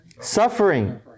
suffering